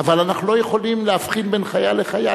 אבל אנחנו לא יכולים להבחין בין חייל לחייל.